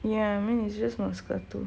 ya mine is just moscato